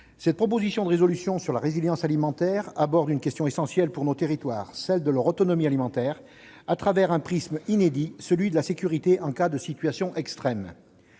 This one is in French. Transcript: cette proposition de résolution sur la résilience alimentaire traite d'une question essentielle pour nos territoires, celle de leur autonomie alimentaire, à travers le prisme inédit de la sécurité en cas de situations extrêmes.